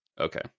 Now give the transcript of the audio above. Okay